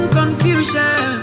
confusion